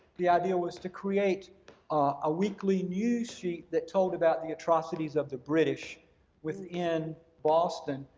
the idea was to create a weekly news sheet that told about the atrocities of the british within boston,